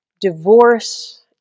divorce